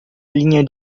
linha